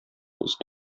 ist